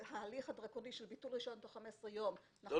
ההליך הדרקוני של ביטול רישיון תוך 15 ימים נכון או לא.